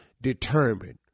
determined